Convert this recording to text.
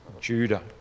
Judah